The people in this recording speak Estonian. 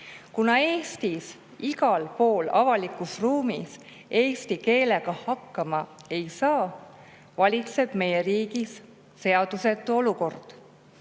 Kuna Eestis igal pool avalikus ruumis eesti keelega hakkama ei saa, valitseb meie riigis seadusetu olukord.